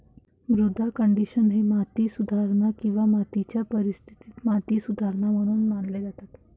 मृदा कंडिशनर हे माती सुधारणा किंवा मातीच्या परिस्थितीत माती सुधारणा म्हणून मानले जातात